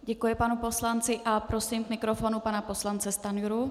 Děkuji panu poslanci a prosím k mikrofonu pana poslance Stanjuru.